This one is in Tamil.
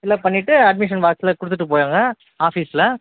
ஃபில்லப் பண்ணிட்டு அட்மிஷன் பாக்ஸில் கொடுத்துட்டு போகிடுங்க ஆஃபிஸில்